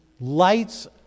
lights